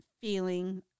feeling